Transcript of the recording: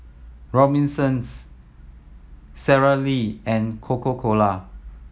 Robinsons Sara Lee and Coca Cola